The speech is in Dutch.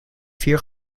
vier